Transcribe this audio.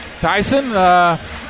Tyson